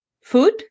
food